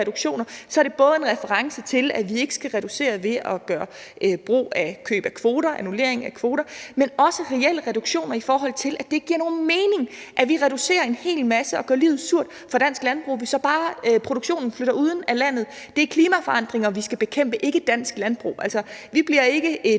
reduktioner, er det både en reference til, at vi ikke skal reducere ved at gøre brug af køb af kvoter, annullering af kvoter, men også reelle reduktioner i forhold til, at det ikke giver nogen mening, at vi reducerer en hel masse og gør livet surt for dansk landbrug, hvis produktionen så bare flytter ud af landet. Det er klimaforandringer, vi skal bekæmpe – ikke dansk landbrug. Vi bliver ikke en